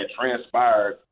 transpired